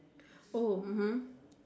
oh mmhmm